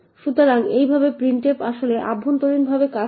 সুতরাং এইভাবে printf আসলে অভ্যন্তরীণভাবে কাজ করে